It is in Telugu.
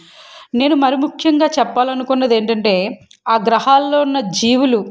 నేను మరీ ముఖ్యంగా చెప్పాలి అనుకున్నది ఏంటంటే ఆ గ్రహాలలో ఉన్న జీవులు